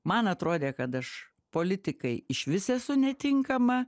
man atrodė kad aš politikai išvis esu netinkama